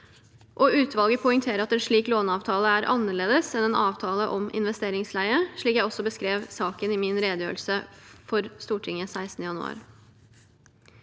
Utvalget poengterer også at en slik låneavtale er annerledes enn en avtale om investeringsleie, slik jeg også beskrev saken i min redegjørelse for Stortinget 16. januar.